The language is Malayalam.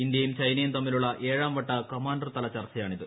ഇന്ത്യയും ചൈനയും തമ്മിലുള്ള ഏഴാം വട്ട കമാൻഡർ തല ചർച്ചയാണിത്